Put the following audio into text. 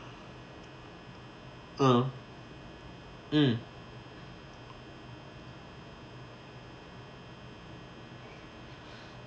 uh mm